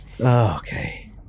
Okay